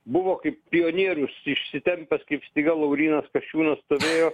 buvo kaip pionierius išsitempęs kaip styga laurynas kasčiūnas stovėjo